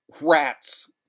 Rats